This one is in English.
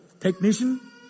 technician